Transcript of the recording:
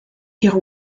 ihre